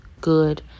good